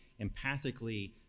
empathically